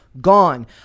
gone